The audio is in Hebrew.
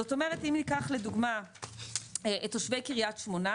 זאת אומרת אם ניקח לדוגמה את תושבי קריית שמונה,